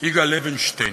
יגאל לוינשטיין,